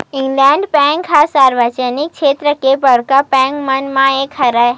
Indian bank ह सार्वजनिक छेत्र के बड़का बेंक मन म एक हरय